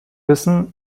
wissen